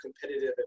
competitive